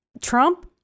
trump